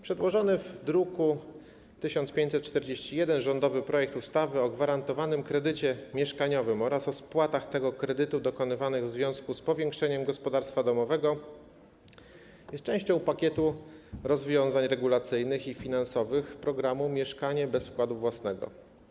Przedłożony w druku nr 1541 rządowy projekt ustawy o gwarantowanym kredycie mieszkaniowym oraz o spłatach tego kredytu dokonywanych w związku z powiększeniem gospodarstwa domowego jest częścią pakietu rozwiązań regulacyjnych i finansowych programu „Mieszkanie bez wkładu własnego”